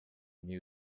knew